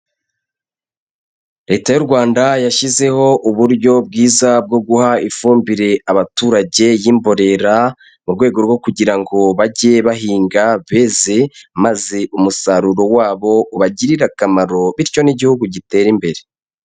Leta y'u Rwanda yashyizeho uburyo bwiza bwo guha ifumbire abaturage y'imborera mu rwego rwo kugira ngo bajye bahinga beze maze umusaruro wabo ubagirire akamaro bityo n'Igihugu gitere imbere.